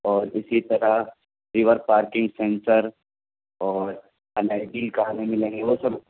اور اسی طرح ریورس پارکنگ سینسر اور الائنر کار وہیل ملیں گی وہ سب